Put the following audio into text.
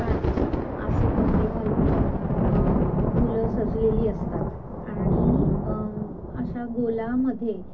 pants असे कपडे घालून मुलं सजलेली असतात आणि अशा गोलामध्ये